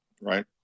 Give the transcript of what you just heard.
right